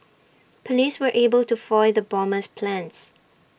Police were able to foil the bomber's plans